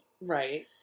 Right